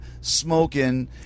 Smoking